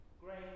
Great